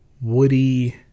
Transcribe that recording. woody